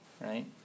right